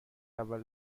اول